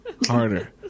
harder